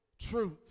truth